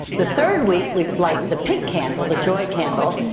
the third week we light the pink candle, the joy candle,